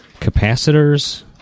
capacitors